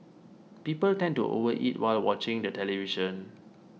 people tend to overeat while watching the television